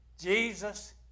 Jesus